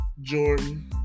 Jordan